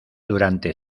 durante